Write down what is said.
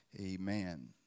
Amen